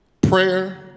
prayer